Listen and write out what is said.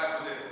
זה השר הקודם.